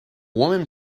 woman